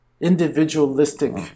individualistic